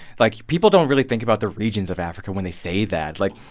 like, people don't really think about the regions of africa when they say that. like,